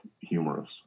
humorous